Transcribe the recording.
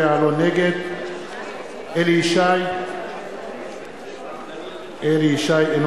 נגד אליהו ישי, נגד איתן